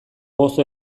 gozo